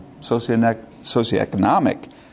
socioeconomic